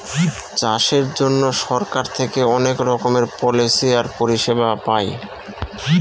চাষের জন্য সরকার থেকে অনেক রকমের পলিসি আর পরিষেবা পায়